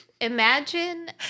Imagine